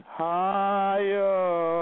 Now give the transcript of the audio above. higher